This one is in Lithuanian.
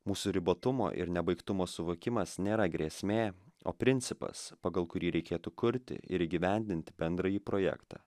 mūsų ribotumo ir nebaigtumo suvokimas nėra grėsmė o principas pagal kurį reikėtų kurti ir įgyvendinti bendrąjį projektą